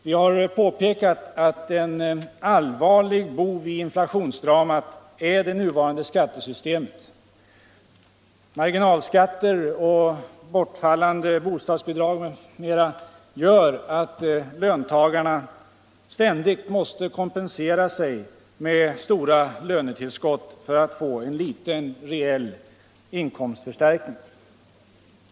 Vi har påpekat att en stor bov i inflationsdramat är det nuvarande skattesystemet. Marginalskatter, bortfallande bostadsbidrag m.m. gör att löntagarna ständigt måste kompensera sig med stora lönetillskott för att få en liten reell inkomstförstärkning.